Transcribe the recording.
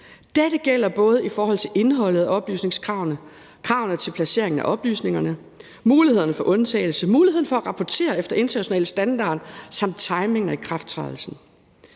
Dette gælder både i forhold til indholdet af oplysningskravene, kravene til placeringen af oplysningerne, mulighederne for undtagelse, muligheden for at rapportere efter internationale standarder samt timing af ikrafttrædelsen.